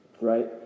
right